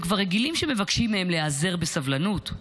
הם כבר רגילים שמבקשים מהם להיאזר בסבלנות,